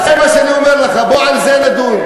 זה מה שאני אומר לך, בוא על זה נדון.